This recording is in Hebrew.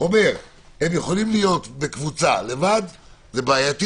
אומר: הם יכולים להיות בקבוצה לבד - זה בעייתי